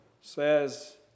says